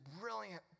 brilliant